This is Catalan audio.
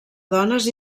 dones